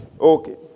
Okay